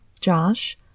Josh